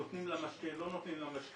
אם נותנים לה משקה או לא נותנים לה משקה.